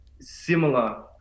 similar